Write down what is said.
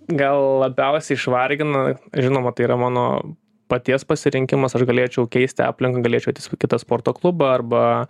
gal labiausiai išvargina žinoma tai yra mano paties pasirinkimas aš galėčiau keisti aplinką galėčiau kitą sporto klubą arba